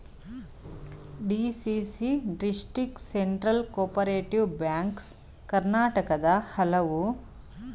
DCC district central cooperative banks ಕರ್ನಾಟಕದ ಹಲವು ಜಿಲ್ಲೆಗಳಲ್ಲಿದೆ